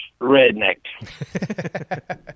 redneck